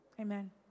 amen